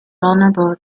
vulnerable